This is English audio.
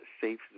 safe